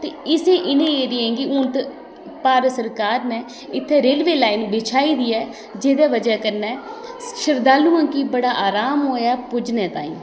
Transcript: ते इसे इ'नें एरियें गी हून ते भारत सरकार ने इत्थें रेलवे लाइन बिछाई दी ऐ जेह्दे बजह् कन्नै शरधालुएं गी बड़ा आराम होया इत्थें पुज्जने ताहीं